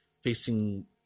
Facing